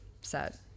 set